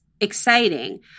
exciting